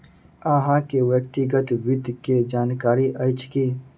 अहाँ के व्यक्तिगत वित्त के जानकारी अइछ की?